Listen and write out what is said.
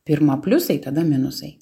pirma pliusai tada minusai